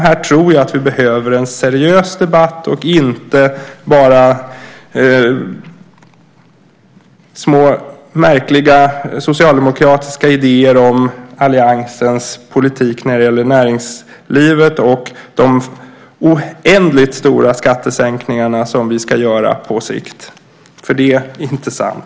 Här tror jag att vi behöver en seriös debatt, och inte bara små märkliga socialdemokratiska idéer om alliansens politik när det gäller näringslivet och de oändligt stora skattesänkningar som vi ska göra på sikt - det är inte sant.